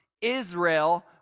Israel